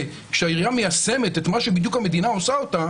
כשהעירייה מיישמת בדיוק את מה שהמדינה עושה,